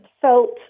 felt